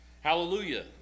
Hallelujah